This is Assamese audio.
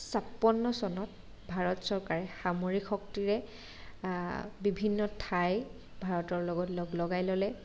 ছাপন্ন চনত ভাৰত চৰকাৰে সামৰিক শক্তিৰে বিভিন্ন ঠাই ভাৰতৰ লগত লগ লগাই ল'লে